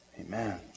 Amen